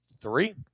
three